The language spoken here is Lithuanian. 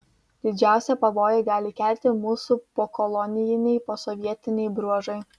didžiausią pavojų gali kelti mūsų pokolonijiniai posovietiniai bruožai